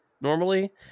normally